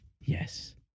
yes